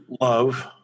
love